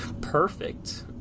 perfect